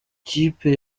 kipe